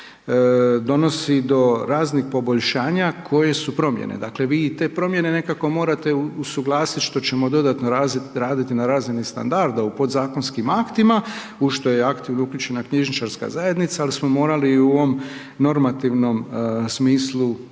donosi do raznbih poboljšanja koje su promjene. Dakle, vi i te promijene nekako morate usuglasiti, što ćemo dodatno raditi na razini standarda u podzakonskim aktima, u što je akter uključena knjižničarska zajednica, ali smo morali i u ovom normativnom smislu,